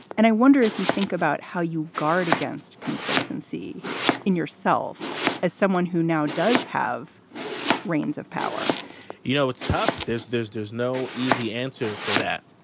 and i wonder if you think about how you guard against complacency in yourself as someone who now does have reins of power you know, it's tough. there's there's there's no easy answer for that.